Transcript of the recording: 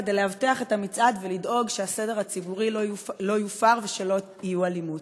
כדי לאבטח את המצעד ולדאוג שהסדר הציבורי לא יופר ושלא תהיה אלימות.